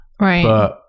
Right